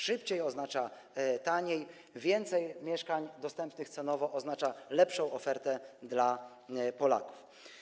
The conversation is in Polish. Szybciej oznacza taniej, więcej mieszkań dostępnych cenowo oznacza lepszą ofertę dla Polaków.